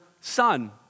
son